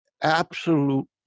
absolute